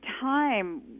time